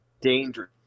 dangerous